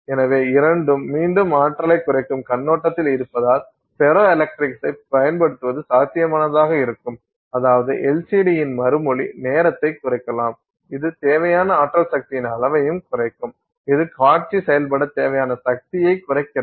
எனவே இரண்டும் மீண்டும் ஆற்றலைக் குறைக்கும் கண்ணோட்டத்தில் இருப்பதால் ஃபெரோ எலக்ட்ரிக்ஸைப் பயன்படுத்துவது சாத்தியமானதாக இருக்கும் அதாவது LCD யின் மறுமொழி நேரத்தைக் குறைக்கலாம் இது தேவையான ஆற்றல் சக்தியின் அளவையும் குறைக்கும் இது காட்சி செயல்பட தேவையான சக்தியைக் குறைக்கிறது